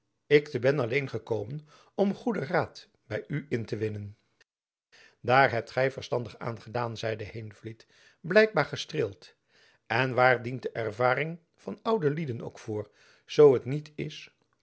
ik te ben alleen gekomen om goeden raad by u in te winnen daaraan hebt gy verstandig gedaan zeide heenvliet blijkbaar gestreeld en waar dient de ervaring van oudere lieden ook voor zoo het niet is